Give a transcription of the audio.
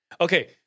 Okay